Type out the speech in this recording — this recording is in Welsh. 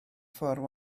ffordd